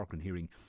Hearing